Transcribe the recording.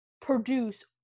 produce